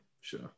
sure